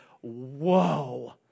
whoa